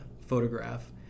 photograph